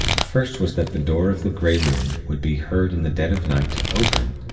the first was that the door of the grey room would be heard in the dead of night to open,